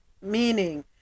Meaning